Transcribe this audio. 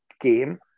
game